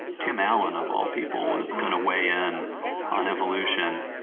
tim allen, of all people, was going to weigh in on evolution,